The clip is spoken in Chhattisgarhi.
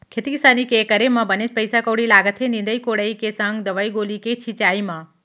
खेती किसानी के करे म बनेच पइसा कउड़ी लागथे निंदई कोड़ई के संग दवई गोली के छिंचाई म